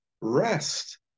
rest